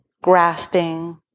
grasping